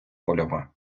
польова